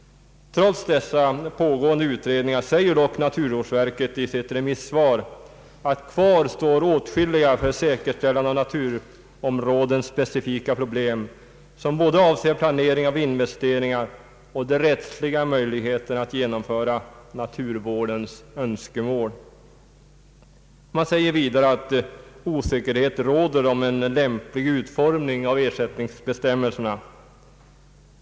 Trots dessa pågående utredningar säger dock naturvårdsverket i sitt remisssvar, att kvar står åtskilliga för säkerställande av naturområden specifika problem, som både avser planering av investeringar och de rättsliga möjligheterna att genomföra naturvårdens Önskemål. Man säger vidare att osäkerhet råder om en lämplig utformning av ersättningsbestämmelserna.